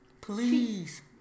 Please